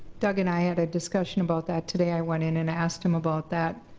doug and i had a discussion about that today. i went in and asked him about that.